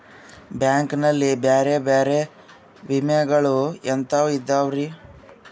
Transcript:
Bank ನಲ್ಲಿ ಬೇರೆ ಬೇರೆ ವಿಮೆಗಳು ಎಂತವ್ ಇದವ್ರಿ?